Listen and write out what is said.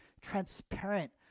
transparent